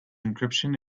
encryption